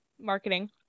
marketing